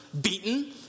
beaten